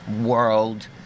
world